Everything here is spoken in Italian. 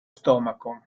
stomaco